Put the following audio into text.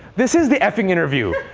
this is the effing interview.